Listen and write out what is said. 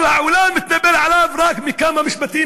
כל העולם התנפל עליו רק מכמה משפטים,